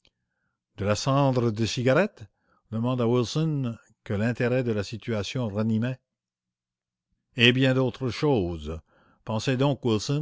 de la cendre de cigarette demanda wilson que l'intérêt de la situation ranimait et bien d'autres choses pensez donc